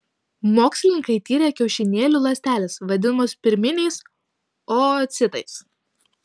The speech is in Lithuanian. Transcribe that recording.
mokslininkai tyrė kiaušinėlių ląsteles vadinamas pirminiais oocitais